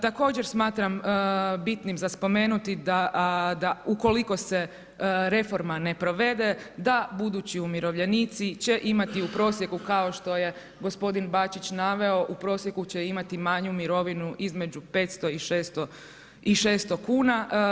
Također smatram bitnim za spomenuti da ukoliko se reforma ne provede, da budući umirovljenici će imati u prosjeku kao što je gospodin Bačić naveo, u prosjeku će imati manju mirovinu između 500 i 600 kuna.